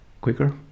quicker